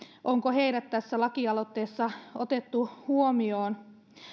onko heidät tässä lakialoitteessa otettu huomioon